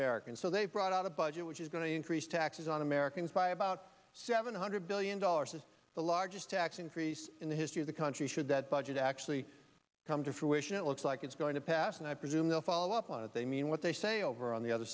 americans so they brought out a budget which is going to increase taxes on americans by about seven hundred billion dollars as the largest tax increase in the history of the country should that budget actually come to fruition it looks like it's going to pass and i presume they'll follow up on it they mean what they say over on the other